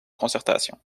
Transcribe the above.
concertation